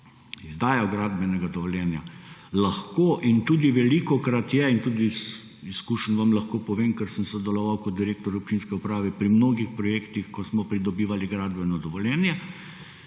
izdajo gradbenega dovoljenja lahko – in tudi velikokrat je in tudi iz izkušenj vam lahko povem, ker sem sodeloval kot direktor občinske uprave pri mnogih projektih, ko smo pridobivali gradbeno dovoljenje